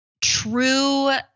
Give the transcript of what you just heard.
true